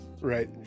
Right